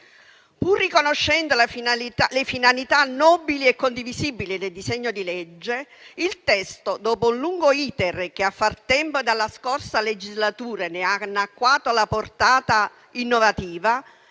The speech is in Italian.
Pur riconoscendo le finalità nobili e condivisibili del disegno di legge, il testo, dopo un lungo *iter* che a far tempo dalla scorsa legislatura ne ha annacquato la portata innovativa,